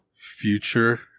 future